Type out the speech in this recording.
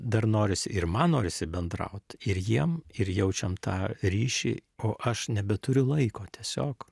dar norisi ir man norisi bendraut ir jiem ir jaučiam tą ryšį o aš nebeturiu laiko tiesiog